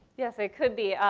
yes, it could be.